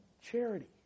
charity